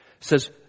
says